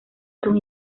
sus